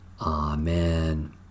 Amen